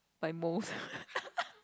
by most